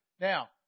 Now